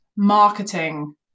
marketing